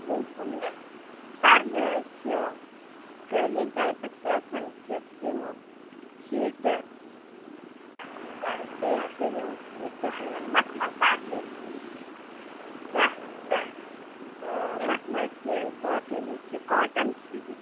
simply پَردٕ حظ چھِ قٲلیٖن ٹایپَس پٮ۪ٹھ چھِ یِمہٕ شیٖٹہٕ بیٚیہِ چھِ یِم کیٛاہ چھِ ونان مخمَل پَردٕ چھِ مکھ مَخمَل چھِ باقٕے ہِوۍ چھِ کاٹَن شیٖٹ چھِ